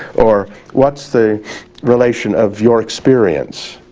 or what's the relation of your experience